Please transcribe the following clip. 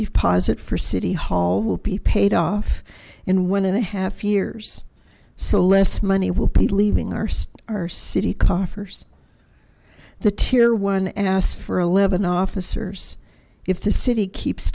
deposit for city hall will be paid off in one and a half years so less money will be leaving arced our city coffers the tear one asked for eleven officers if the city keeps